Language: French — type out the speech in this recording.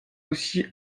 aussi